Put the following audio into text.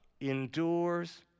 endures